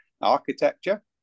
architecture